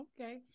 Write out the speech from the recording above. Okay